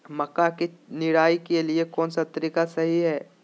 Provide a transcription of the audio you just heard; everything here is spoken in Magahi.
मक्का के निराई के लिए कौन सा तरीका सही है?